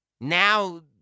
Now